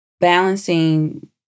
balancing